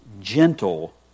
gentle